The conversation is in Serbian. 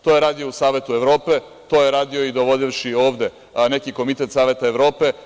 To je radio u Savetu Evrope, to je radio i dovodivši ovde neki komitet Saveta Evrope.